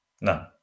No